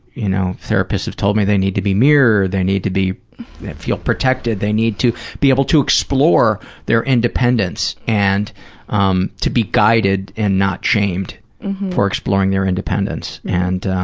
you know therapists have told me, they need to be mirrored. they need to be feel protected. they need to be able to explore their independence, and um to be guided and not shamed for exploring their independence. and,